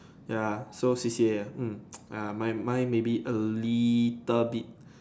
ya so C_C_A ah hmm mine mine maybe a little bit